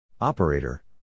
Operator